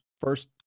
first